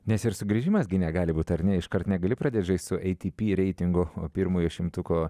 nes ir sugrįžimas gi negali būt ar ne iškart negali pradėti žaist ei ti pi reitingo pirmojo šimtuko